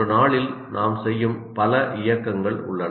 ஒரு நாளில் நாம் செய்யும் பல இயக்கங்கள் உள்ளன